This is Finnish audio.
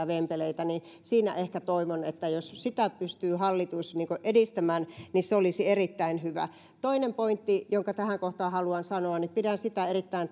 vempeleitä niin ehkä toivon että sitä hallitus pystyisi edistämään se olisi erittäin hyvä toinen pointti jonka tähän kohtaan haluan sanoa pidän sitä erittäin